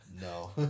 No